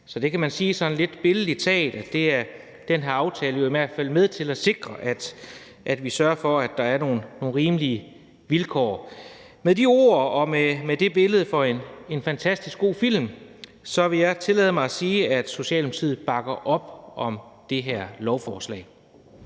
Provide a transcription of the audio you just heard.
færdig med gerningen. Så sådan lidt billedligt talt er den her aftale jo i hvert fald med til at sikre, at vi sørger for, at der er nogle rimelige vilkår. Med de ord og med det billede fra en fantastisk god film vil jeg tillade mig at sige, at Socialdemokratiet bakker op om det her lovforslag.